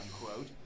unquote